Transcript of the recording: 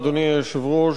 אדוני היושב-ראש,